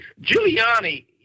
Giuliani